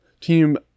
Team